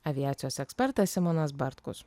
aviacijos ekspertas simonas bartkus